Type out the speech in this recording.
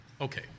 Okay